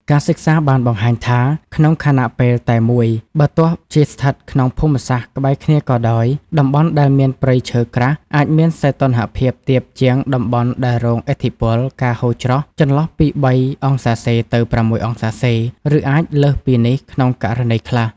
ការសិក្សាបានបង្ហាញថា ក្នុងខណៈពេលតែមួយ បើទោះជាស្ថិតក្នុងភូមិសាស្ត្រក្បែរគ្នាក៏ដោយ តំបន់ដែលមានព្រៃឈើក្រាស់អាចមានសីតុណ្ហភាពទាបជាងតំបន់ដែលរងឥទ្ធិពល ការហូរច្រោះ ចន្លោះពី ៣°C ទៅ ៦°C ឬអាចលើសពីនេះក្នុងករណីខ្លះ។